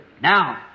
Now